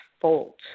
fault